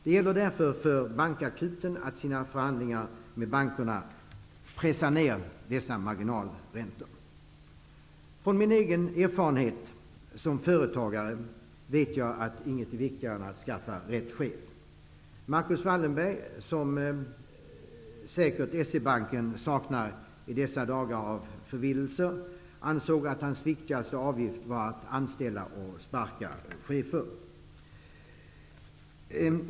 Det gäller därför för bankakuten att i sina förhandlingar med bankerna pressa ner dessa marginalräntor. Från min egen erfarenhet som företagare vet jag att inget är viktigare än att rekrytera rätt chef. Marcus Wallenberg -- som S-E-Banken säkert saknar i dessa dagar av förvillelser -- ansåg att hans viktigaste uppgift var att anställa och sparka chefer.